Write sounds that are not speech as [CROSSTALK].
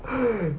[NOISE]